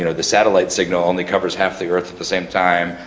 you know the satellite signal only covers half the earth at the same time,